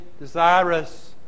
desirous